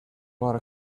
bought